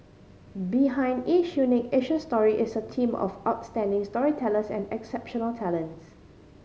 behind each unique Asian story is a team of outstanding storytellers and exceptional talents